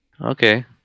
Okay